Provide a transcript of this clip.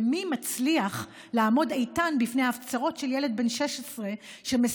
ומי מצליח לעמוד איתן בפני ההפצרות של ילד בן 16 שאנחנו